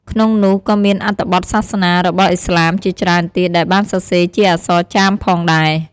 ក្នុងនោះក៏មានអត្ថបទសាសនារបស់អ៊ីស្លាមជាច្រើនទៀតដែលបានសរសេរជាអក្សរចាមផងដែរ។